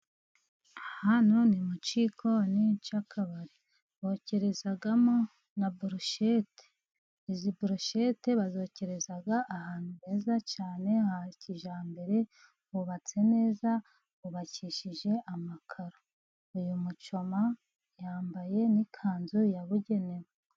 Hano ni mu gikoni cy'akabari, bokerezamo na burushete, izi burushete bazokereza ahantu heza cyane, ha kijyambere hubatse neza, hubakishije amakararo, uyu mucoma yambaye n'ikanzu yabugenewe.